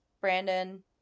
Brandon